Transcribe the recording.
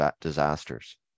disasters